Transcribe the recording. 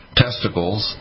testicles